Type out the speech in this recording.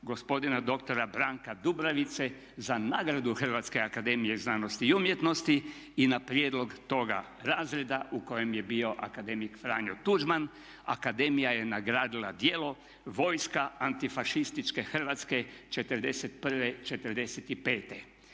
gospodina dr. Branka Dubravice za nagradu Hrvatske akademije znanosti i umjetnosti i na prijedlog toga razreda u kojem je bio akademik Franjo Tuđman akademija je nagradila djelo "Vojska antifašističke Hrvatske '41.-'45."